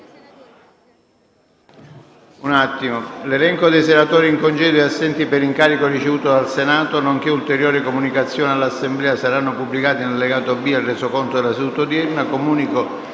finestra"). L'elenco dei senatori in congedo e assenti per incarico ricevuto dal Senato, nonché ulteriori comunicazioni all'Assemblea saranno pubblicati nell'allegato B al Resoconto della seduta odierna.